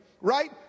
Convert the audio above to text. right